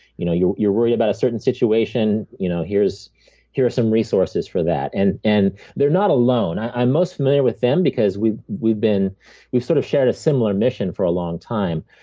you know, you're you're worried about a certain situation? you know here are some resources for that. and and they're not alone. i'm most familiar with them because we've we've been we've sort of shared a similar mission for a long time.